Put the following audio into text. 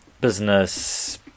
business